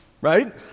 right